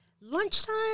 lunchtime